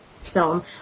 film